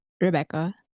Rebecca